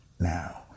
Now